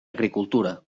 agricultura